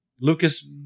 Lucas